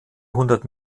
hundert